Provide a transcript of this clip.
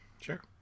Sure